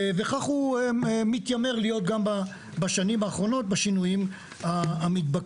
וכך הוא מתיימר להיות גם בשנים באחרונות בשינויים המתבקשים.